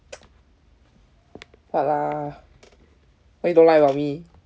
what lah why you don't like about me